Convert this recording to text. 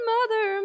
Mother